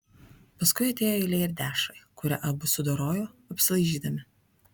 paskui atėjo eilė ir dešrai kurią abu sudorojo apsilaižydami